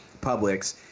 Publix